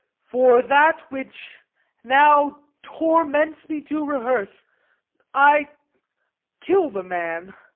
for that which now torments me to rehearse i kill'd a man,